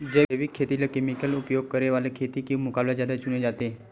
जैविक खेती ला केमिकल उपयोग करे वाले खेती के मुकाबला ज्यादा चुने जाते